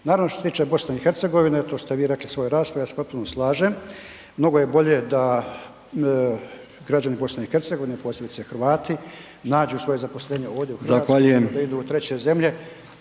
Naravno što se tiče BiH, to ste vi rekli u svojoj raspravi i ja se potpuno slažem, mnogo je bolje da građani BiH, posebice Hrvati nađu svoje zaposlenje ovdje u Hrvatskoj, a ne da idu u treće zemlje